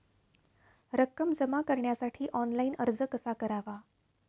रक्कम जमा करण्यासाठी ऑनलाइन अर्ज कसा करावा?